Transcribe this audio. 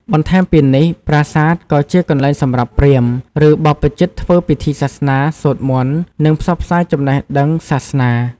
បន្ថែមពីនេះ ប្រាសាទក៏ជាកន្លែងសម្រាប់ព្រាហ្មណ៍ ឬបព្វជិតធ្វើពិធីសាសនា សូត្រមន្ត និងផ្សព្វផ្សាយចំណេះដឹងសាសនា។